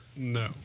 no